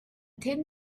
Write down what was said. thin